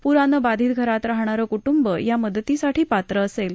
प्रानं बाधित घरात राहणारं क्टुंब या मदतीसाठी पात्र असेल